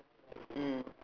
mm